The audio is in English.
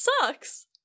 sucks